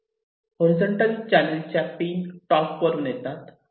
horizontal चॅनलच्या pin top वरुन येतात